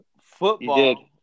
Football